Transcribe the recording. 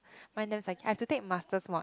mine damn I have to masters mod